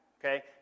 okay